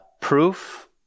Proof